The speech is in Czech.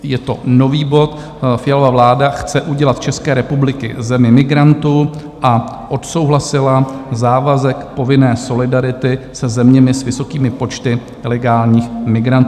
Je to nový bod Fialova vláda chce udělat z České republiky zemi migrantů a odsouhlasila závazek povinné solidarity se zeměmi s vysokými počty ilegálních migrantů.